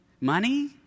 Money